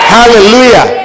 hallelujah